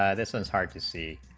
ah this and is hard to see